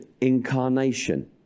incarnation